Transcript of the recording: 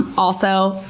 also,